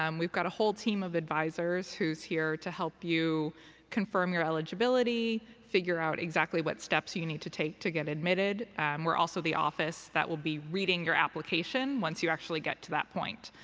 um we've got a whole team of advisors who's here to help you confirm your eligibility, figure out exactly what steps you you need to take to get admitted. and we're also the office that will be reading your application, once you actually get to that point.